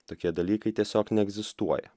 tokie dalykai tiesiog neegzistuoja